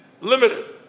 limited